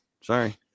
Sorry